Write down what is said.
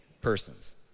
persons